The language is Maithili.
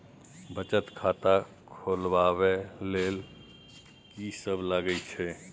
बचत खाता खोलवैबे ले ल की सब लगे छै?